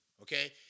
Okay